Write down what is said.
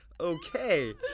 okay